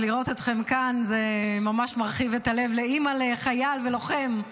לראות אתכם כאן זה ממש מרחיב את הלב לאימא לחייל ולוחם.